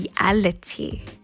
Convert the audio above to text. reality